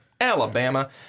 Alabama